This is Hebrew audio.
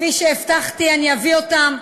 כפי שהבטחתי, אני אביא אותם.